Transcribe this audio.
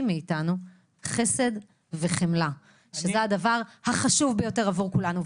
מאיתנו חסד וחמלה שזה הדבר החשוב ביותר עבור כולנו.